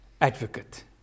advocate